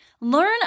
learn